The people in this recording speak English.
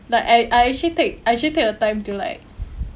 like I I actually take I actually take a time to like